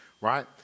right